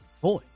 boy